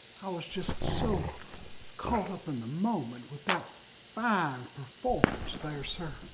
i was just so caught up in the moment with that fine performance there sir.